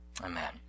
Amen